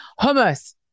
Hummus